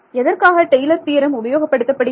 எதற்காக Taylor theorem உபயோகப்படுத்தப்படுகிறது